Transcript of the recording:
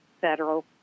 federal